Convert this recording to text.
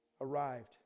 arrived